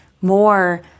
more